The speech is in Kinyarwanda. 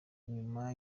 nyuma